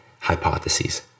hypotheses